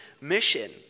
mission